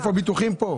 איפה הביטוחים פה?